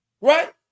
Right